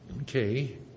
Okay